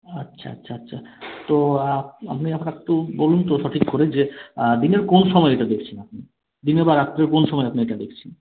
আচ্ছা আচ্ছা আচ্ছা তো আপনি আপনার একটু বলুন তো সঠিক করে যে দিনের কোন সময়ে এইটা দেখছেন দিনে বা রাত্রে কোন সময়ে আপনি এটা দেখছেন